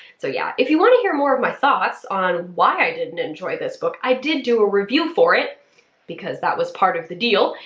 so yeah, if you want to hear more of my thoughts on why i didn't enjoy this book, i did do a review for it because that was part of the deal,